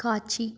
காட்சி